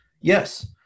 yes